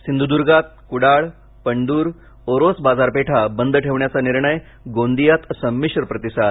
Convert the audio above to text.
सिंधदर्गात कडाळ पणदर ओरोस बाजारपेठा बंद ठेवण्याचा निर्णय गोंदियात समिंश्र प्रतिसाद